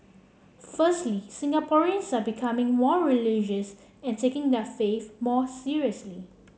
firstly Singaporeans are becoming more religious and taking their faiths more seriously